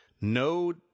No